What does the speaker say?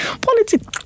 politics